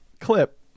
clip